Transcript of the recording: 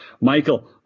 michael